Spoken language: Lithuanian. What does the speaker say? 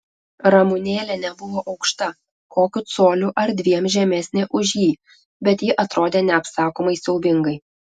ramunėlė nebuvo aukšta kokiu coliu ar dviem žemesnė už jį bet ji atrodė neapsakomai siaubingai